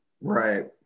Right